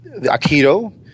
Aikido